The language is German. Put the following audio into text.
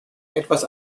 etwas